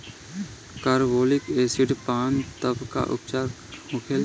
Carbolic acid पान तब का उपचार होखेला?